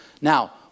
Now